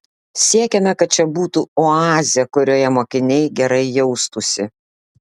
siekiame kad čia būtų oazė kurioje mokiniai gerai jaustųsi